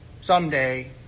someday